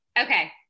Okay